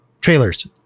Trailers